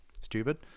stupid